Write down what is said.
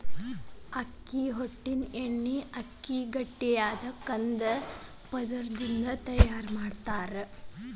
ಅಕ್ಕಿ ಹೊಟ್ಟಿನ ಎಣ್ಣಿನ ಅಕ್ಕಿಯ ಗಟ್ಟಿಯಾದ ಕಂದ ಪದರದಿಂದ ತಯಾರ್ ಮಾಡ್ತಾರ